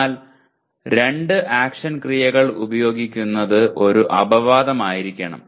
എന്നാൽ രണ്ട് ആക്ഷൻ ക്രിയകൾ ഉപയോഗിക്കുന്നത് ഒരു അപവാദമായിരിക്കണം